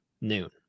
noon